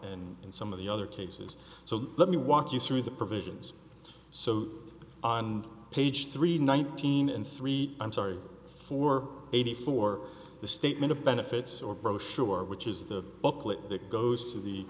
and in some of the other cases so let me walk you through the provisions so on page three nineteen and three i'm sorry for eighty for the statement of benefits or brochure which is the booklet that goes to the